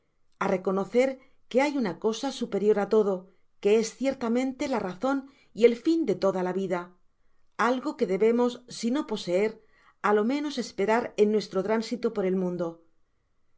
á reconocer que hay una cosa superior á todo que es cierta mente la razon y el fin de toda vida algo que debemos si no poseer á lo menos esperar en nuestro tránsito por el mundo